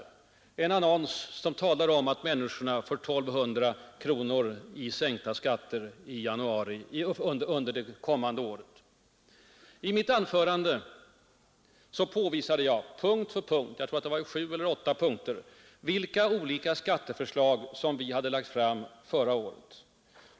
I den annonsen påstås att vissa människor får nästan 1 200 kronor i sänkt skatt under det kommande året. I mitt tidigare anförande redovisade jag klart i sju eller åtta punkter vilka olika skatteförslag som vi hade lagt fram under förra året.